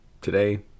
today